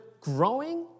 growing